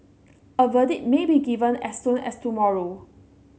a verdict may be given as soon as tomorrow